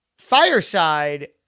fireside